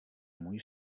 můj